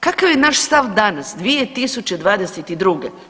Kakav je naš stav danas 2022.